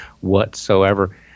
whatsoever—